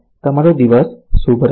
તમારો દિવસ શુભ રહે